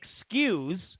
excuse